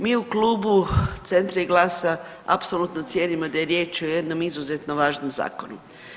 Mi u klubu Centra i GLAS-a apsolutno cijenimo da je riječ o jednom izuzetno važnom zakonu.